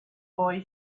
boy